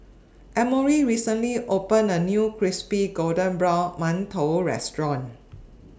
Emory recently opened A New Crispy Golden Brown mantou Restaurant